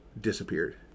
disappeared